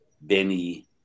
Benny